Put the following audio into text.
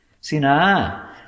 Sina